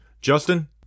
Justin